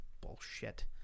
Bullshit